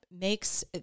makes